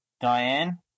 Diane